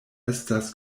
estas